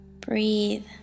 Breathe